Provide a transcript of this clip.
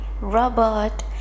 robot